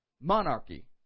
monarchy